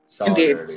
Indeed